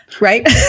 Right